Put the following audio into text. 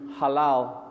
halal